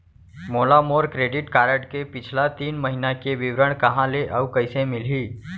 मोला मोर credit card के पिछला तीन महीना के विवरण कहाँ ले अऊ कइसे मिलही?